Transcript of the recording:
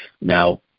now